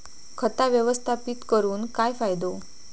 खाता व्यवस्थापित करून काय फायदो?